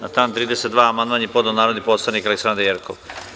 Na član 32. amandman je podneo narodni poslanik Aleksandra Jerkov.